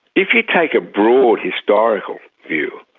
if you take a broad historical view,